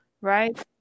right